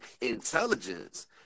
intelligence